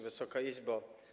Wysoka Izbo!